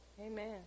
Amen